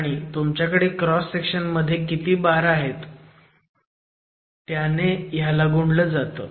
आणि तुमच्याकडे cross section मध्ये किती बार आहेत त्याने ह्याला गुणलं जातं